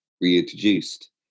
reintroduced